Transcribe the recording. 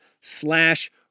slash